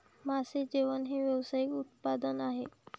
मासे जेवण हे व्यावसायिक उत्पादन आहे